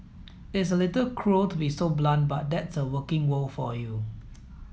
it's a little cruel to be so blunt but that's the working world for you